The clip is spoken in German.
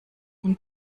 und